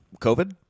COVID